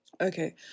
Okay